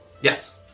Yes